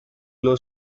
low